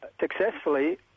successfully